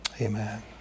Amen